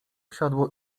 siodło